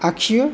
आखियो